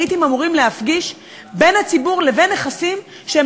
הריטים אמורים להפגיש בין הציבור לבין נכסים שהם